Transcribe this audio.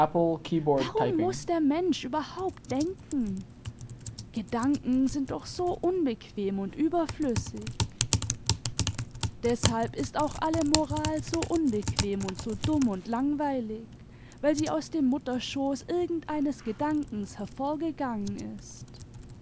warum muß der mensch überhaupt denken gedanken sind doch so unbequem und überflüssig deshalb ist auch alle moral so unbequem und so dumm und langweilig weil sie aus dem mutterschoß irgend eines gedankens hervorgegangen ist